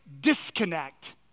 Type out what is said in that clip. disconnect